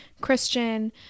christian